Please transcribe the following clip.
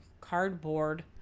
cardboard